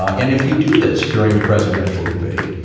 ah and if you do this during a presidential debate,